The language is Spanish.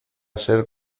ser